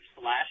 slash